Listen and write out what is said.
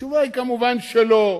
התשובה היא, מובן שלא,